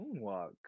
moonwalk